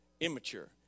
immature